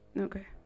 Okay